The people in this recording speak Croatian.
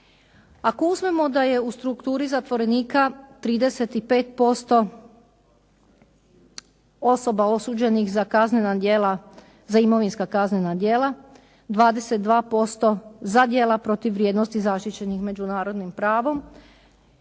Ako uzmemo da je u strukturi zatvorenika 35% osoba osuđenih za kaznena djela, za imovinska kaznena djela, 22% za djela protiv vrijednosti zaštićenih međunarodnim pravom,